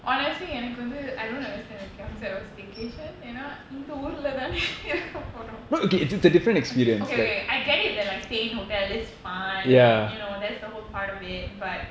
honestly எனக்குவந்து:enakku vandhu I don't understand the concept of staycation you know ஏனாஇந்தஊருலதானஇருக்கபோறோம்:yena intha oorula thana irukka porom okay okay okay I get it that like stay in hotel is fun like you know that's the whole part of it but